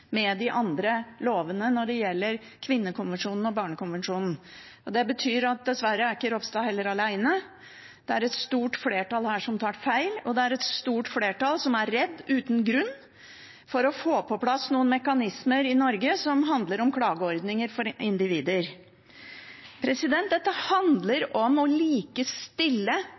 når det gjelder de andre lovene med kvinnekonvensjonen og barnekonvensjonen. Dessverre er ikke Ropstad alene heller. Det er et stort flertall her som tar feil, og det er et stort flertall som er redd, uten grunn, for å få på plass noen mekanismer i Norge som handler om klageordninger for individer. Dette handler om å likestille